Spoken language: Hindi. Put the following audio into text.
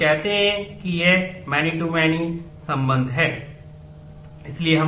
हम कहते हैं कि यह many to many संबंध है